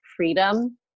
freedom